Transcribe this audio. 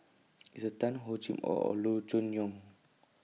Esther Tan Hor Chim Or and Loo Choon Yong